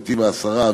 נתיב-העשרה,